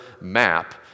map